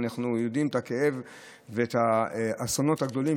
ואנחנו יודעים את הכאב והאסונות הגדולים